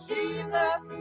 Jesus